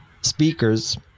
speakers